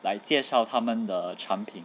like 介绍他们的产品